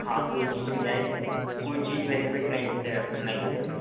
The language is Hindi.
हाँ कोई चीज़ नहीं आई कोई चीज बेनिफिट नहीं के नहीं होगी